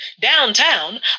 downtown